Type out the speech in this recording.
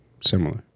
similar